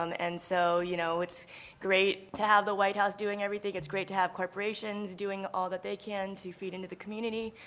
and so, you know, it's great to have the white house doing everything. it's great to have corporations doing all that they can to feed into the community.